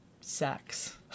sex